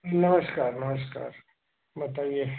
नमस्कार नमस्कार बताइए